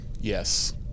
Yes